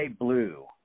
Blue